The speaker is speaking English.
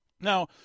Now